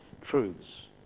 truths